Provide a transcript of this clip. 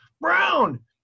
Brown